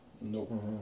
Nope